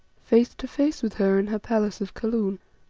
face to face with her in her palace of kaloon.